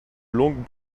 longues